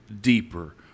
deeper